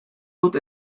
dut